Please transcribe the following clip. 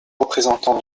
représentants